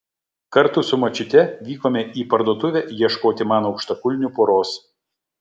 kartu su močiute vykome į parduotuvę ieškoti man aukštakulnių poros